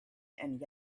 and